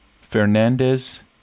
Fernandez